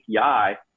API